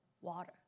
water